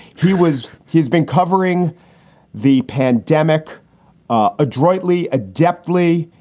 he was he's been covering the pandemic adroitly, adeptly,